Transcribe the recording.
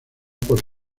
por